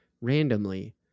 randomly